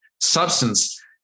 substance